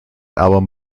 album